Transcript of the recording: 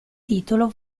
titolo